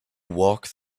walk